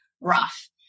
rough